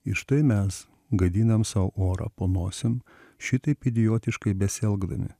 ir štai mes gadinam sau orą po nosim šitaip idiotiškai besielgdami